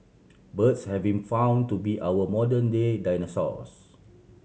birds have been found to be our modern day dinosaurs